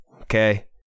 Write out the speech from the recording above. Okay